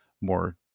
more